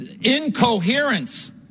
Incoherence